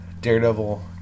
Daredevil